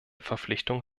verpflichtung